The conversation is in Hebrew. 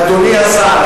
אדוני השר,